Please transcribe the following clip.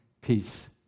peace